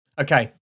Okay